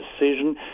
decision